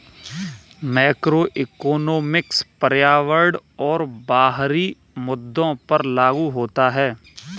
macroeconomics पर्यावरण और बाहरी मुद्दों पर लागू होता है